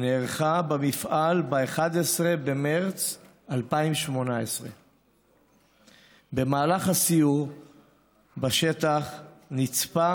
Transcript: נערכה במפעל ב-11 במרס 2018. במהלך הסיור בשטח נצפה